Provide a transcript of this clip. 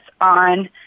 on